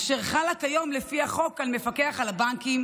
אשר חלה כיום לפי החוק על המפקח על הבנקים